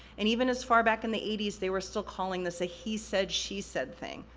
and even as far back in the eighty s, they were still calling this a he said she said thing,